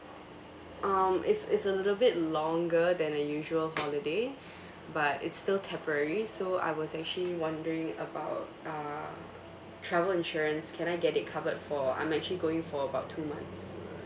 um it's it's a little bit longer than a usual holiday but it's still temporary so I was actually wondering about uh travel insurance can I get it covered for I'm actually going for about two months